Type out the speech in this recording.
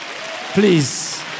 Please